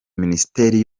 minisiteri